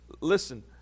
listen